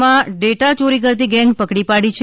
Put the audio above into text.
માં ડેટા યોરી કરતી ગેંગ પકડી પડી છે